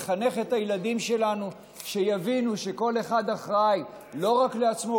לחנך את הילדים שלנו שיבינו שכל אחד אחראי לא רק לעצמו,